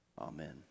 amen